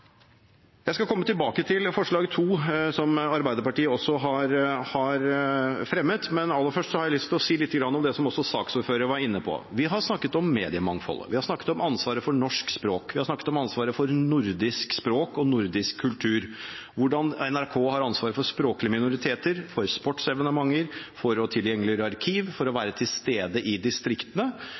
Jeg skal komme tilbake til forslag nr. 2, som Arbeiderpartiet også har fremmet, men aller først har jeg lyst til å si litt om det som også saksordføreren var inne på. Vi har snakket om mediemangfoldet. Vi har snakket om ansvaret for norsk språk. Vi har snakket om ansvaret for nordisk språk og nordisk kultur, om hvordan NRK har ansvaret for språklige minoriteter, for sportsevenementer, for å tilgjengeliggjøre arkiv, for å være til stede i distriktene